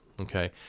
okay